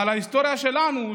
אבל ההיסטוריה שלנו,